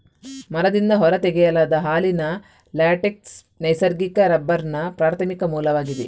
ಮರದಿಂದ ಹೊರ ತೆಗೆಯಲಾದ ಹಾಲಿನ ಲ್ಯಾಟೆಕ್ಸ್ ನೈಸರ್ಗಿಕ ರಬ್ಬರ್ನ ಪ್ರಾಥಮಿಕ ಮೂಲವಾಗಿದೆ